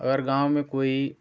और गाँव में कोई